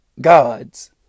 Gods